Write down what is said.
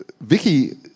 Vicky